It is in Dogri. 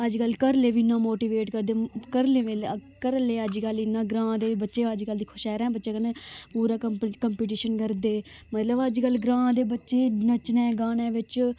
अजकल्ल घरै आह्ले बी इन्ना मोटीवेट करदे घरा आह्ले बेल्लै घरै आह्ले अजकल्ल इन्ना ग्रांऽ दे बच्चे अजकल्ल दिक्खो शैह्रें दे बच्चें कन्नै पूरा कम्पी कम्पीटीशन करदे मतलब अजकल्ल ग्रांऽ दे बच्चे नच्चने गाने बिच्च